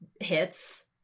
hits